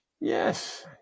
yes